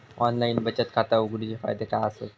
Online बचत खाता उघडूचे फायदे काय आसत?